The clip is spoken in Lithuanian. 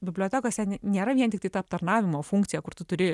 bibliotekose nėra vien tik ta aptarnavimo funkcija kur tu turi